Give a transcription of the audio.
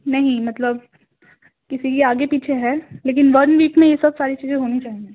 نہیں مطلب کسی کے آگے پیچھے ہے لیکن ون ویک میں یہ سب ساری چیزیں ہونی چاہیے